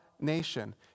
nation